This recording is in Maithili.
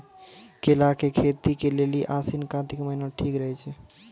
केला के खेती के लेली आसिन कातिक महीना ठीक रहै छै